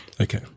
Okay